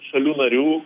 šalių narių